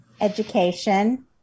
education